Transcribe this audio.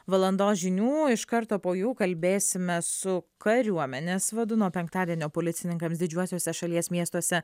valandos žinių iš karto po jų kalbėsime su kariuomenės vadu nuo penktadienio policininkams didžiuosiuose šalies miestuose